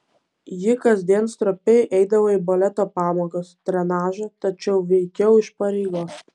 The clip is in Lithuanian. ji kasdien stropiai eidavo į baleto pamokas trenažą tačiau veikiau iš pareigos